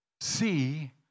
See